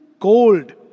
cold